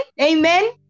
amen